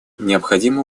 необходимо